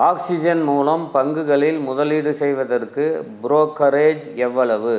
oxygen மூலம் பங்குகளில் முதலீடு செய்வதற்கு ப்ரோக்கரேஜ் எவ்வளவு